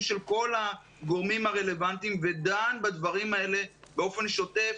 של כל הגורמים הרלוונטיים ודן בדברים האלה באופן שוטף,